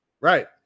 right